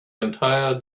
entire